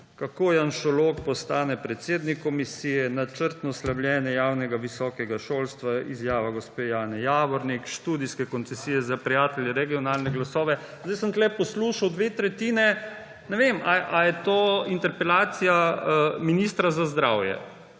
Kako janšolog postane predsednik komisije, načrtno slabljenje javnega visokega šolstva, izjava gospe Jane Javornik, študijske koncesije za prijatelje, regionalne glasove – zdaj sem tukaj poslušal dve tretjini, ne vem, ali je to interpelacija ministra za zdravje.